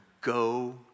go